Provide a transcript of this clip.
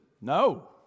no